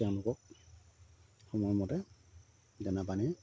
তেওঁলোকক সময়মতে দানা পানী